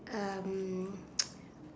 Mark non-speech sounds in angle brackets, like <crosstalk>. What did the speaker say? um <noise>